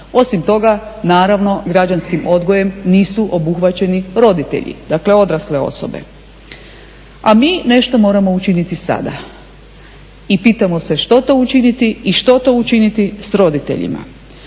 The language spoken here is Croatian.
Osim toga, naravno građanskim odgojem nisu obuhvaćeni roditelji, dakle odrasle osobe. A mi nešto moramo učiniti sada. I pitamo se što to učiniti i što to učiniti sa roditeljima.